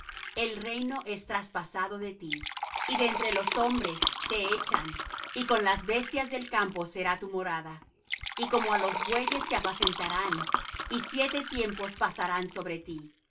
el reino es traspasado de ti y de entre los hombres te echan y con las bestias del campo será tu morada y como á los bueyes te apacentarán y siete tiempos pasarán sobre ti